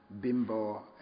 Bimbo